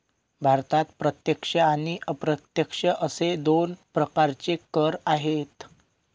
भारतात प्रत्यक्ष आणि अप्रत्यक्ष असे दोन प्रकारचे कर आहेत